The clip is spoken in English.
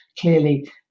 clearly